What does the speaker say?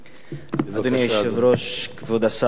אדוני היושב-ראש, כבוד השר, חברי חברי הכנסת,